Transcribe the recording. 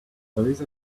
theresa